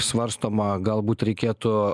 svarstoma galbūt reikėtų